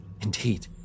Indeed